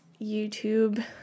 youtube